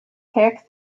tax